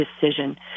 decision